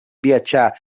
viatjar